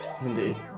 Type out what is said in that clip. Indeed